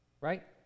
Right